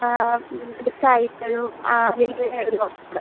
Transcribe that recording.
ഇത് നടുക്കായിട്ടൊരു ആ ഒരു വർക്കൂടെ